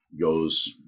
goes